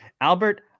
Albert